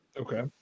Okay